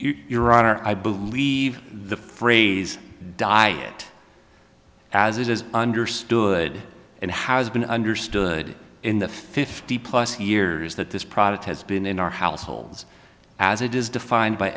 they your honor i believe the phrase die it as it is understood and has been understood in the fifty plus years that this product has been in our households as it is defined by